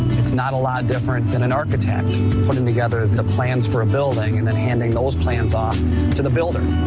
it's not a lot different than an architect putting together the plans for a building and then handing those plans off to the builder.